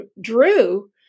Drew